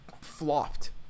flopped